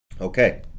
okay